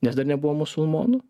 nes dar nebuvo musulmonų